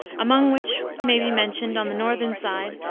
among which may be mentioned, on the northern side,